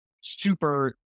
super